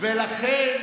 חודש קורס, אדוני.